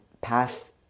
path